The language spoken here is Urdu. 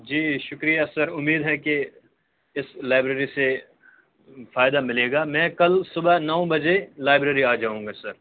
جی شکریہ سر امید ہے کہ اس لائبریری سے فائدہ ملے گا میں کل صبح نو بجے لائبریری آ جاؤں گا سر